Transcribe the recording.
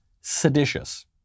seditious